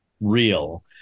real